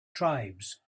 tribes